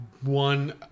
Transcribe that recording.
one